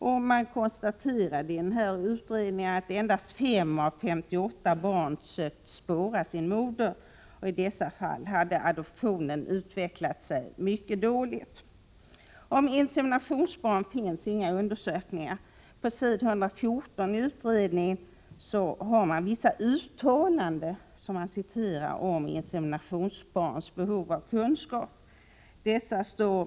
Utredningen konstaterar att endast 5 av 58 barn försökt spåra sin moder. I samtliga dessa fall hade adoptionen utvecklats mycket dåligt. Om inseminationsbarn finns det inga undersökningar. På s. 114 i utredningens betänkande citeras vissa uttalanden om inseminationsbarns behov av kunskaper på detta område.